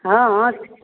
हँ हँ